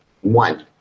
one